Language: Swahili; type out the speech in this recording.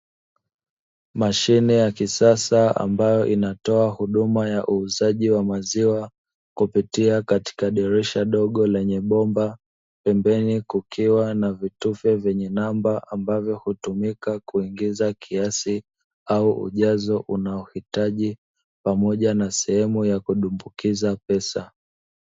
Mashine ya kisasa ambayo inatoa huduma ya uuzaji wa maziwa, kupitia katika dirisha dogo lenye bomba; pembeni kukiwa na vitufe vyenye namba ambavyo hutumika kuingiza kiasi au ujazo unaohitaji pamoja na sehemu ya kudumbukiza pesa.